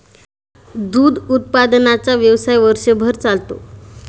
दूध उत्पादनाचा व्यवसाय वर्षभर चालतो